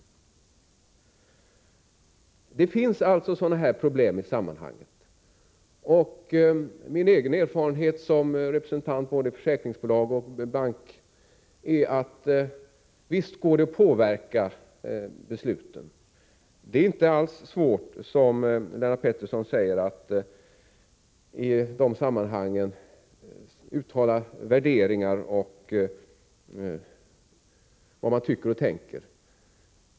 Det finns alltså sådana här problem i sammanhanget. Min egen erfarenhet som representant i både försäkringsbolag och bank är att det visst går att påverka styrelsen inför beslut. Det är inte alls svårt att — som Lennart Pettersson säger — i de sammanhangen uttala värderingar samt tala om vad man tycker och tänker.